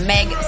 Meg